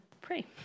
pray